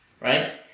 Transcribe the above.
right